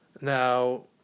Now